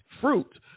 Fruit